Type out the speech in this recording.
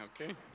okay